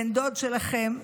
בן דוד שלכן,